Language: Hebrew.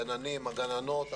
הגננים והגננות,